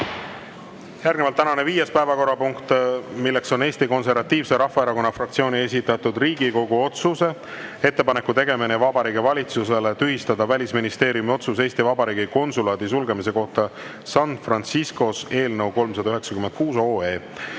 Järgnevalt tänane viies päevakorrapunkt, milleks on Eesti Konservatiivse Rahvaerakonna fraktsiooni esitatud Riigikogu otsuse "Ettepaneku tegemine Vabariigi Valitsusele tühistada Välisministeeriumi otsus Eesti Vabariigi konsulaadi sulgemise kohta San Franciscos" eelnõu 396.